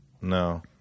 no